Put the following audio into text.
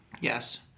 Yes